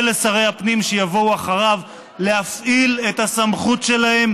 ולשרי הפנים שיבואו אחריו להפעיל את הסמכות שלהם